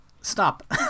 stop